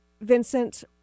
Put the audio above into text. Vincent